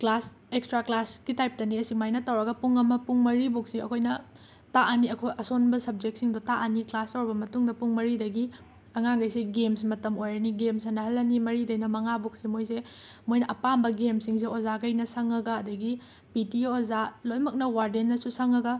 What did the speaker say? class extra ꯀ꯭ꯂꯥꯁꯀꯤ ꯇꯥꯏꯞꯇꯅꯦ ꯁꯨꯃꯥꯏꯅ ꯇꯧꯔꯒ ꯄꯨꯡ ꯑꯃ ꯄꯨꯡ ꯃꯔꯤꯐꯥꯎꯁꯤ ꯑꯩꯈꯣꯏꯅ ꯇꯥꯛꯑꯅꯤ ꯑꯩꯈꯣꯏ ꯑꯁꯣꯟꯕ ꯁꯞꯖꯦꯛꯁꯤꯡꯗꯣ ꯇꯥꯛꯑꯅꯤ ꯀ꯭ꯂꯥꯁ ꯇꯧꯔꯕ ꯃꯇꯨꯡꯗ ꯄꯨꯡ ꯃꯔꯤꯗꯒꯤ ꯑꯉꯥꯡꯈꯩꯁꯤ ꯒꯦꯝꯁ ꯃꯇꯝ ꯑꯣꯏꯔꯅꯤ ꯒꯦꯝ ꯁꯥꯟꯅꯍꯜꯂꯅꯤ ꯃꯔꯤꯗꯒꯤꯅ ꯃꯉꯥꯕꯨꯛꯁꯦ ꯃꯣꯏꯁꯦ ꯃꯣꯏꯅ ꯑꯄꯥꯝꯕ ꯒꯦꯝꯁꯤꯡꯁꯦ ꯑꯣꯖꯥꯈꯩꯅ ꯁꯪꯉꯒ ꯑꯗꯒꯤ ꯄꯤ ꯇꯤ ꯑꯣꯖꯥ ꯂꯣꯏꯅꯃꯛꯅ ꯋꯥꯔꯗꯦꯟꯅꯁꯨ ꯁꯪꯉꯒ